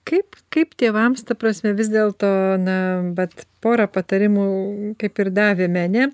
kaip kaip tėvams ta prasme vis dėlto na vat porą patarimų kaip ir davėme ane